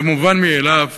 זה מובן מאליו,